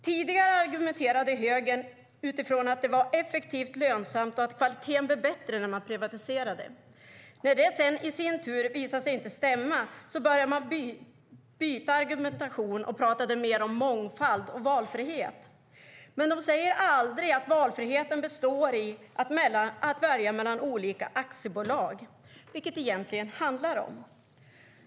Tidigare argumenterade högern ofta just utifrån att det var effektivt och lönsamt och att kvaliteten blev bättre när man privatiserade. När det i sin tur visade sig inte stämma började man byta argumentation och talade mer om mångfald och valfrihet. Men man talar aldrig om att valfriheten består i att välja mellan olika aktiebolag, vilket det egentligen handlar om.